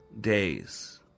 Days